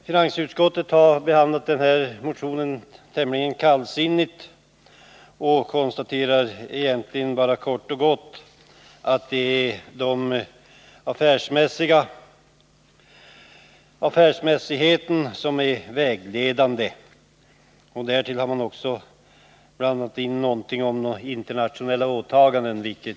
Finansutskottet har behandlat motionen tämligen kallsinnigt och konstaterar egentligen bara helt kort att det är affärsmässigheten som är vägledande. Därtill har man också blandat in resonemang om internationella åtaganden.